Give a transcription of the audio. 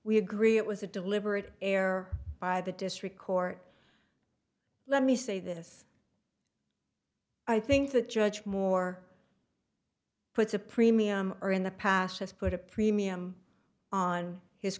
we agree it was a deliberate error by the district court let me say this i think that judge moore puts a premium or in the past has put a premium on his